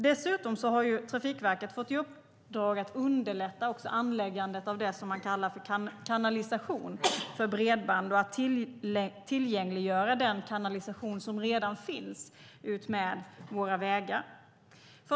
Dessutom har Trafikverket fått i uppdrag att underlätta också anläggandet av det som man kallar för kanalisation för bredband och att tillgängliggöra den kanalisation som redan finns utmed våra vägar.